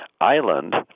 island